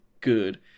good